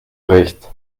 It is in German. recht